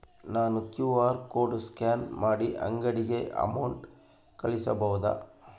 ನಾನು QR code scan ಮಾಡಿ ಅಂಗಡಿಗೆ ಅಮೌಂಟ್ ಕಳಿಸಬಹುದಾ?